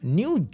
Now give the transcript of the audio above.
new